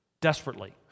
desperately